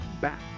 back